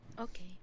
Okay